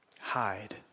hide